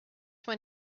when